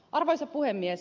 arvoisa puhemies